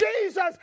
Jesus